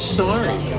sorry